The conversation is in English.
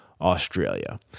Australia